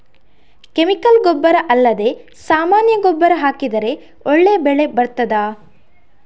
Chemical ಗೊಬ್ಬರ ಅಲ್ಲದೆ ಸಾಮಾನ್ಯ ಗೊಬ್ಬರ ಹಾಕಿದರೆ ಒಳ್ಳೆ ಬೆಳೆ ಬರ್ತದಾ?